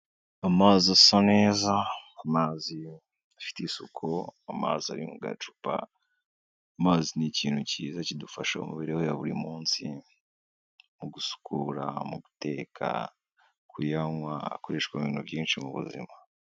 Amazi asa neza, amazi afite isuku, amazi ari mu gacupa, amazi ni ikintu cyiza kidufasha mu mibereho ya buri munsi mu gusukura, mu guteka, kuyanywa, akoreshwa mu bintu byinshi mu buzima.